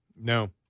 No